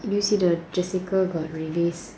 did you see the jessica got release